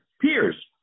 peers